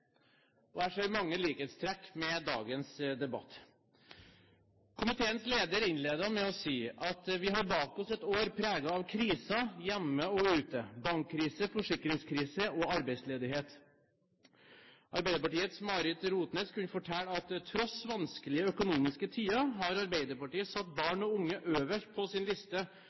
og jeg ser mange likhetstrekk med dagens debatt. Komiteens leder innledet med å si at vi har bak oss et år preget av kriser hjemme og ute, bankkrise, forsikringskrise og arbeidsledighet. Arbeiderpartiets Marit Rotnes kunne fortelle at tross vanskelige økonomiske tider har Arbeiderpartiet satt barn og unge øverst på sin liste